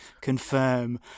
confirm